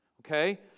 Okay